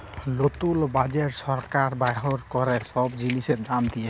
লতুল বাজেট ছরকার বাইর ক্যরে ছব জিলিসের দাম দিঁয়ে